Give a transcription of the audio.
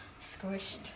squished